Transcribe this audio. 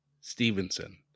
Stevenson